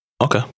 Okay